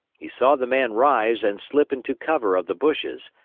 he saw the man rise and slip into cover of the bushes,